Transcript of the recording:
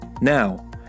Now